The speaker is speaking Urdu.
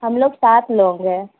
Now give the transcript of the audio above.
ہم لوگ سات لوگ ہیں